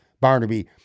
Barnaby